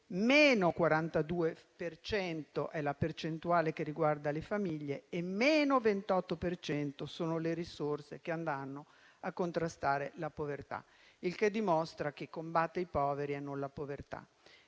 cento è la percentuale che riguarda le famiglie e -28 per cento sono le risorse che andranno a contrastare la povertà, il che dimostra che combatte i poveri e non la povertà.